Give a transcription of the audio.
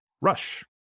Rush